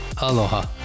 Aloha